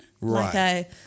Right